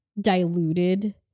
diluted